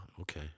Okay